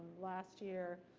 last year,